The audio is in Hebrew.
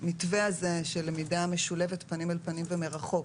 המתווה הזה של למידה משולבת פנים אל פנים ומרחוק,